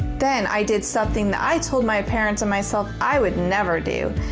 then i did something that i told my parents and myself i would never do.